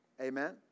Amen